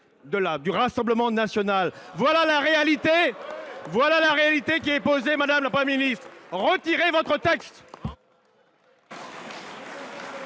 Rassemblement national. Voilà la réalité, madame la Première ministre. Retirez votre texte